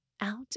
Out